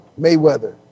Mayweather